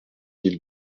mille